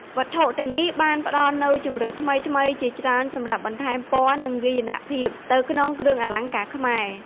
វត្ថុទាំងនេះបានផ្តល់នូវជម្រើសថ្មីៗជាច្រើនសម្រាប់បន្ថែមពណ៌ និងវាយនភាពទៅក្នុងគ្រឿងអលង្ការខ្មែរ។